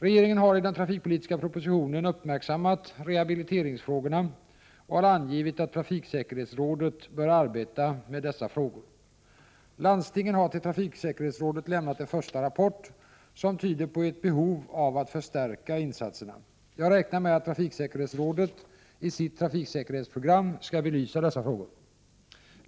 Regeringen har i den trafikpolitiska propositionen uppmärksammat rehabiliteringsfrågorna och har angivit att trafiksäkerhetsrådet bör arbeta med dessa frågor. Landstingen har till trafiksäkerhetsrådet lämnat en första rapport som tyder på ett behov av att förstärka insatserna. Jag räknar med att trafiksäkerhetsrådet i sitt trafiksäkerhetsprogram skall belysa dessa frågor.